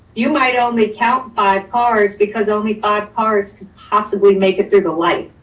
you might only count five cars because only five cars could possibly make it through the light.